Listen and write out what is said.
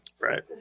Right